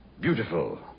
Beautiful